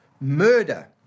murder